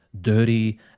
dirty